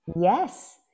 Yes